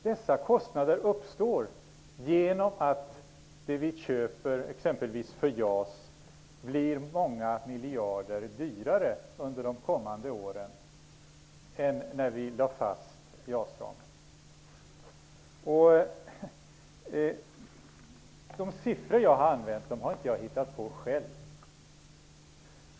Dessa kostnader uppstår genom att det vi köper exempelvis för JAS blir många miljarder dyrare under de kommande åren än vi räknade med när vi lade fast JAS-projektet. De siffror som jag har angett har jag inte hittat på själv.